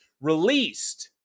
released